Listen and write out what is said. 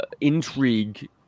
intrigue